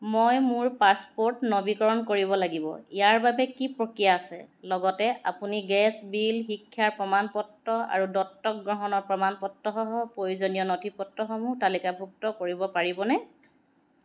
মই মোৰ পাছপোৰ্ট নৱীকৰণ কৰিব লাগিব ইয়াৰ বাবে কি প্ৰক্ৰিয়া আছে লগতে আপুনি গেছ বিল শিক্ষাৰ প্ৰমাণপত্ৰ আৰু দত্তক গ্ৰহণৰ প্ৰমাণপত্ৰ সহ প্ৰয়োজনীয় নথিপত্ৰসমূহ তালিকাভুক্ত কৰিব পাৰিবনে